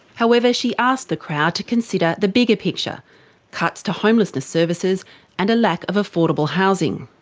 however, she asked the crowd to consider the bigger picture cuts to homelessness services and a lack of affordable housing.